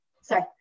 sorry